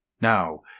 Now